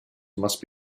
must